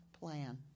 plan